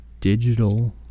digital